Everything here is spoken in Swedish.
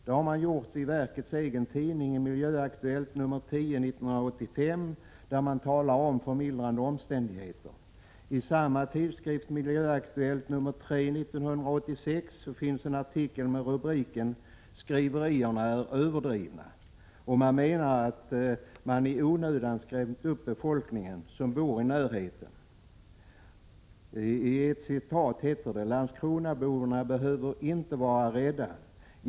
Det har man gjort i verkets egen tidning Miljöaktuellt nr 10 1985, där man talar om förmildrande omständigheter. I samma tidskrift, Miljöaktuellt, finns i nr 3 1986 en artikel med rubriken ”Skriverierna överdrivna”. Man menar att befolkningen som bor i närheten i onödan skrämts upp. Man skriver: ”Landskronaborna behöver inte vara rädda.